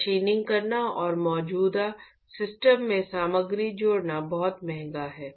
machining करना और मौजूदा सिस्टम में सामग्री जोड़ना बहुत महंगा है